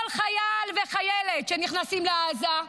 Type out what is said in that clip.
כל חייל וחיילת שנכנסים לעזה,